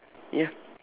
ya